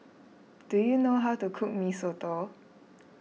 do you know how to cook Mee Soto